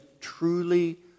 truly